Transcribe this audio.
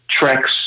tracks